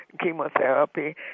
chemotherapy